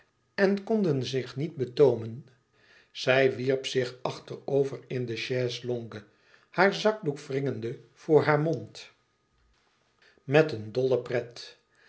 en konden zich niet betoomen zij wierp zich achterover in de chaise-longue haar zakdoek wringende voor haar mond met een dolle pret